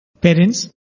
parents